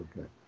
Okay